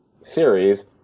series